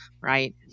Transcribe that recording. right